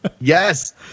Yes